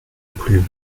plus